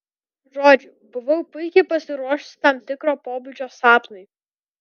žodžiu buvau puikiai pasiruošusi tam tikro pobūdžio sapnui